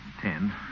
Ten